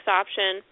option